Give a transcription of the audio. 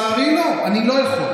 לצערי, לא, אני לא יכול,